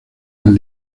del